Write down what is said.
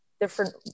different